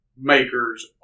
makers